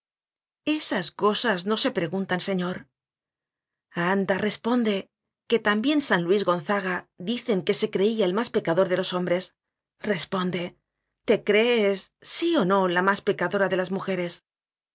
esas cosas no se preguntan señor anda responde que también san luis gonzaga dicen que se creía el más pecador de los hombres responde te crees sí o no la más pecadora de las mujeres